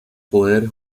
poder